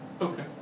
Okay